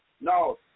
no